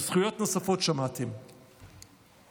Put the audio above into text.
על זכויות נוספות שמעתם, וחובות,